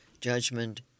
judgment